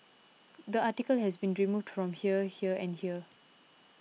the article has been removed from here here and here